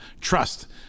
trust